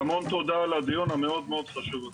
והמון תודה על הדיון המאוד-מאוד חשוב הזה.